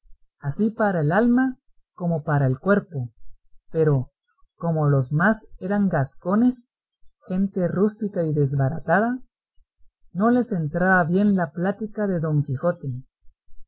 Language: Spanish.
así para el alma como para el cuerpo pero como los más eran gascones gente rústica y desbaratada no les entraba bien la plática de don quijote